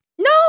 no